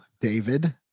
David